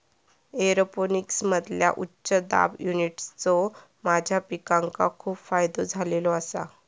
एरोपोनिक्समधील्या उच्च दाब युनिट्सचो माझ्या पिकांका खूप फायदो झालेलो आसा